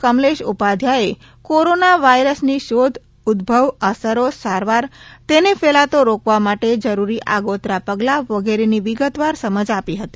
કમલેશ ઉપાધ્યાયે કોરોના વાયરસની શોધ ઉદ્વવ અસરો સારવાર તેને ફેલાતો રોકવા માટે જરૂરી આગોતરાં પગલાં વગેરેની વિગતવાર સમજ આપી હતી